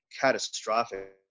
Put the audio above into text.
catastrophic